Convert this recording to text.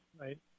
Right